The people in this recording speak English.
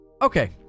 Okay